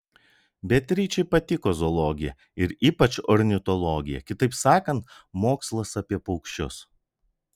beatričei patiko zoologija ir ypač ornitologija kitaip sakant mokslas apie paukščius